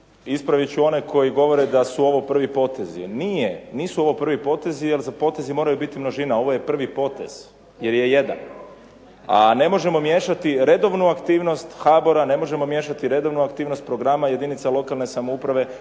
ispravit ću one koji govore da su ovo prvi potezi. Nije, nisu ovo prvi potezi, jer za potezi mora biti množina. Ovo je prvi potez jer je jedan. A ne možemo miješati redovnu aktivnost HBOR-a, ne možemo miješati redovnu aktivnost programa jedinica lokalne samouprave